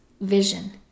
vision